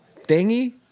thingy